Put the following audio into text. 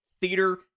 theater